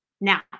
Now